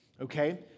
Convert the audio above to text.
okay